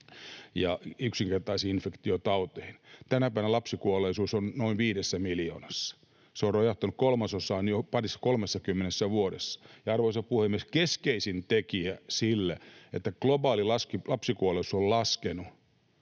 ja yksinkertaisiin infektiotauteihin. Tänä päivänä lapsikuolleisuus on noin 5 miljoonassa. Se on rojahtanut kolmasosaan jo parissa—kolmessakymmenessä vuodessa. Ja, arvoisa puhemies, keskeisin tekijä siinä, että globaali lapsikuolleisuus on laskenut,